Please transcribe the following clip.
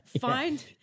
find